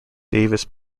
davis